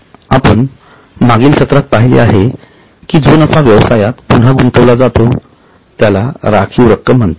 आपण मागील सूत्रात पाहिले की जो नफा व्यवसायात पुन्हा गुंतविला जातो त्याला राखीव रक्कम म्हणतात